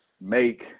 make